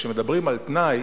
וכשמדברים על תנאי,